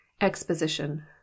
Exposition